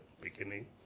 beginning